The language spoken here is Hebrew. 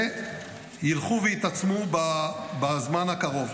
שילכו ויתעצמו בזמן הקרוב,